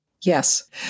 Yes